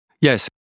Yes